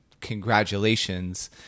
Congratulations